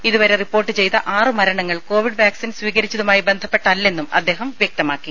ഇതുവരെ റിപ്പോർട്ട് ചെയ്ത ആറ് മരണങ്ങൾ കൊവിഡ് വാക്സിൻ സ്വീകരിച്ചതുമായി ബന്ധപ്പെട്ടല്ലെന്നും അദ്ദേഹം വ്യക്തമാക്കി